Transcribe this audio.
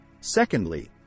Secondly